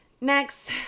next